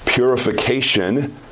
Purification